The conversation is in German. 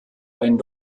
einen